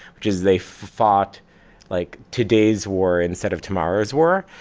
which is they fought like today's war, instead of tomorrow's war.